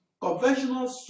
conventional